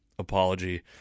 apology